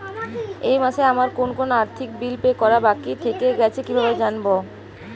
এই মাসে আমার কোন কোন আর্থিক বিল পে করা বাকী থেকে গেছে কীভাবে জানব?